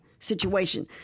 situation